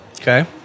okay